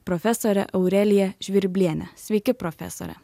profesorė aurelija žvirblienė sveiki profesore